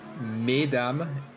Mesdames